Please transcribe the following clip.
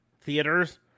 theaters